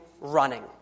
running